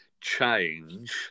change